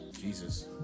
Jesus